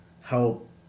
help